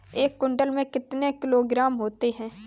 एक क्विंटल में कितने किलोग्राम होते हैं?